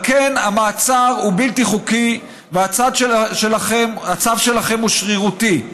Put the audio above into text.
על כן המעצר הוא בלתי חוקי והצו שלכם הוא שרירותי.